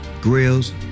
grills